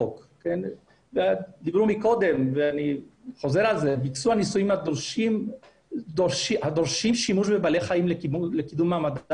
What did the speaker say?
כמה אנשים צריכים להיכנס למאגר